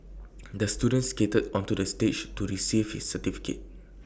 the student skated onto the stage to receive his certificate